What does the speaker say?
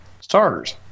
starters